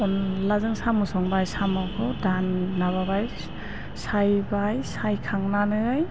अनलाजों साम' संबाय साम'खौ दान माबाबाय सायबाय सायखांनानै